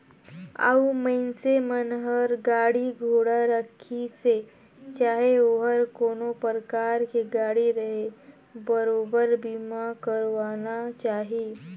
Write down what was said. अउ मइनसे मन हर गाड़ी घोड़ा राखिसे चाहे ओहर कोनो परकार के गाड़ी रहें बरोबर बीमा करवाना चाही